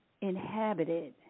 inhabited